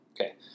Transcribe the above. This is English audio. Okay